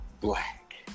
black